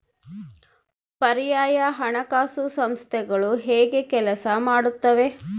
ಪರ್ಯಾಯ ಹಣಕಾಸು ಸಂಸ್ಥೆಗಳು ಹೇಗೆ ಕೆಲಸ ಮಾಡುತ್ತವೆ?